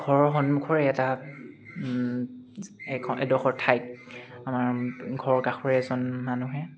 ঘৰৰ সন্মুখৰে এটা এখন এডোখৰ ঠাইত আমাৰ ঘৰৰ কাষৰে এজন মানুহে